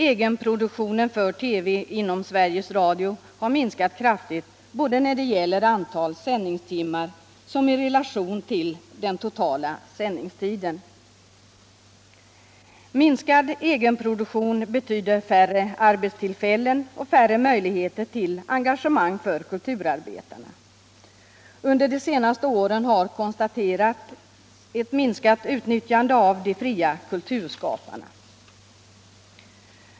Egenproduktionen för TV inom Sveriges Radio har minskat kraftigt, både i fråga om antalet sändningstimmar och i relation till den totala sändningstiden. Minskad egenproduktion betyder färre arbetstillfällen och färre möjligheter till engagemang för kulturarbetarna. Under de scnaste åren har konstaterats ett minskat utnyttjande av de fria kulturskaparna.